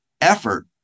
effort